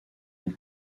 ont